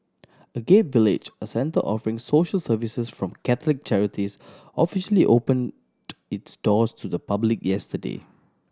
Agape Village a centre offering social services from Catholic charities officially opened its doors to the public yesterday